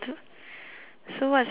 so what's on your picture